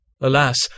Alas